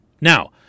Now